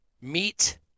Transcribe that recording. meet